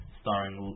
starring